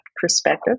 perspective